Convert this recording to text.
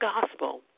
Gospel